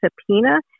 subpoena